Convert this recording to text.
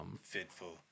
Fitful